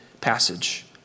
passage